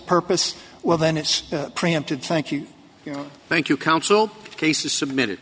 purpose well then it's preempted thank you thank you counsel cases submitted